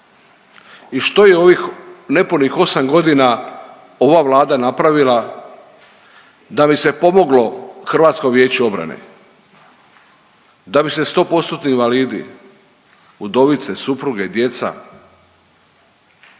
i što je ovih nepunih 8 godina ova Vlada napravila da bi se pomoglo Hrvatskom vijeću obrane, da bi se 100%-tni invalidi, udovice, supruge, djeca